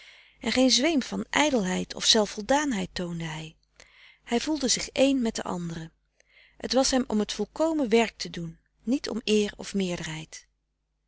en geen zweem van ijdelheid of zelfvoldaanheid toonde hij hij voelde zich één met de anderen t was hem om t volkomen werk te doen niet om eer of meerderheid